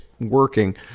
working